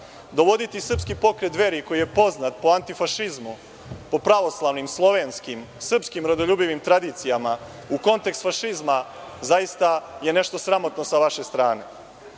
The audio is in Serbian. Dovoditi Srpski pokret „Dveri“ koji je poznat po antifašizmu, po pravoslavnim, slovenskim, srpskim rodoljubivim tradicijama u kontekst fašizma, zaista je nešto sramotno sa vaše strane.